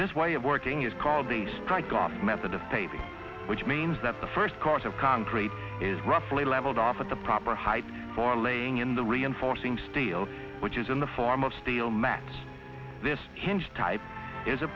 this way of working is called a strike off method of taping which means that the first course of concrete is roughly leveled off at the proper height for laying in the reinforcing steel which is in the form of steel mats this hinge type is a